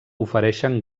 ofereixen